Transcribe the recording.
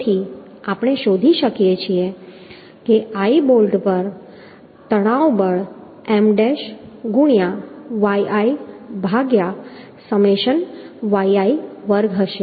તેથી આપણે શોધી શકીએ છીએ કે i બોલ્ટ પરનું તણાવ બળ M ડેશ ગુણ્યાં yi ભાગ્યા સમેશન yi વર્ગ હશે